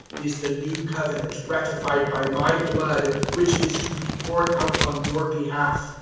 is the new covenant ratified by my blood which is to be poured out on your behalf.